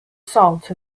salt